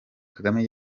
kagame